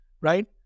right